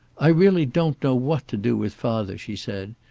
i really don't know what to do with father, she said.